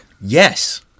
Yes